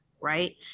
right